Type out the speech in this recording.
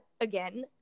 again